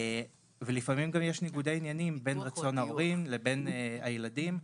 לפעמים יש גם ניגודי עניינים בין רצון ההורים לבין הילדים,